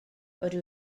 rydw